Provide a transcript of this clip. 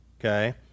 Okay